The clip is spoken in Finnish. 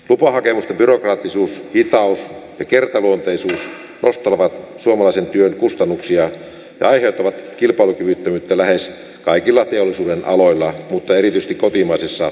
lupahakemusten byrokraattisuus hitaus ja kertaluonteisuus nostavat suomalaisen työn kustannuksia ja aiheuttavat kilpailukyvyttömyyttä lähes kaikilla teollisuudenaloilla mutta erityisesti kotimaisessa energiateollisuudessa